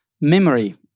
memory